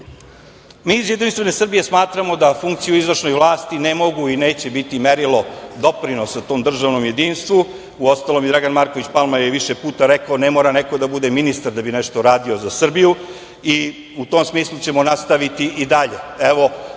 iz Jedinstvene Srbije smatramo da funkciju u izvršnoj vlasti ne mogu i neće biti merilo doprinosa tom državnom jedinstvenom, uostalom i Dragan Marković Palma je više puta rekao, ne mora neko da bude ministar da bi nešto radio za Srbiju i u tom smislu ćemo nastaviti i dalje.